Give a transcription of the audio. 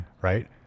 right